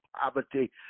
poverty